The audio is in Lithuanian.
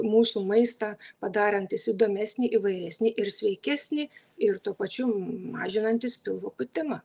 mūsų maistą padarantys įdomesnį įvairesnį ir sveikesnį ir tuo pačiu mažinantys pilvo pūtimą